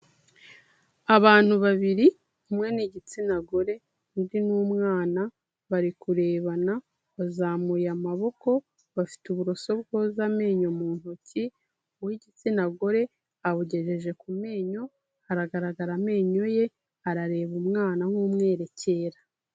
Abantu babiri umwe n'igitsina gore, undi n'umwana bari kurebana, bazamuye amaboko, bafite uburoso bwoza amenyo mu ntoki, uw'igitsina gore abugejeje ku menyo, haragaragara amenyo ye, arareba umwana nk'umwerekera.